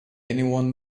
anyone